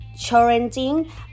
challenging